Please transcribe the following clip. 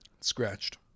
Scratched